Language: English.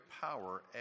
power